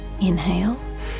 Inhale